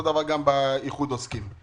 אותו דבר גם לגבי איחוד עוסקים.